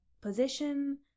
position